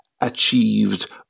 achieved